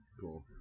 Cool